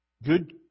Good